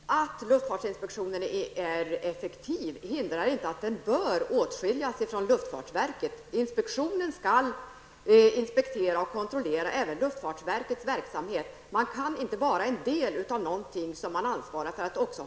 Fru talman! Att luftfartsinspektionen är effektiv hindrar inte att den bör åtskiljas från luftfartsverket. Inspektionen skall inspektera och kontrollera även luftfartsverkets verksamhet. Man kan inte vara en del av någonting som man också skall ha kontroll över.